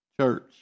Church